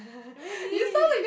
really